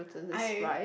I